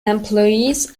employees